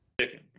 Chicken